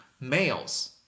males